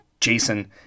Jason